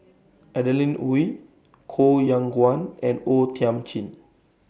Adeline Ooi Koh Yong Guan and O Thiam Chin